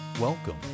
Welcome